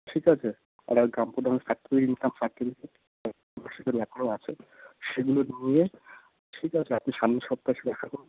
ঠিক আছে আর ওই গ্রাম প্রধানের সার্টিফিকেট ইনকাম সার্টিফিকেট আশা করি এখনো আছে সেগুলো নিয়ে ঠিক আছে আপনি সামনের সপ্তাহে এসে দেখা করুন